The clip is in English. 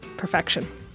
perfection